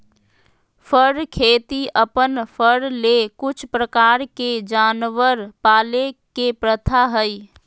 फर खेती अपन फर ले कुछ प्रकार के जानवर पाले के प्रथा हइ